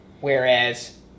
whereas